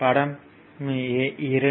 படம் 2